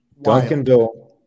Duncanville